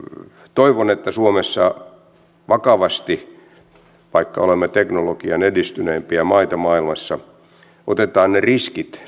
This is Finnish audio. toivon että suomessa vaikka olemme teknologian edistyneimpiä maita maailmassa vakavasti otetaan huomioon ne riskit